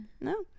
No